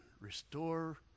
Restore